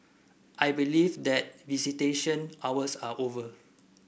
I believe that visitation hours are over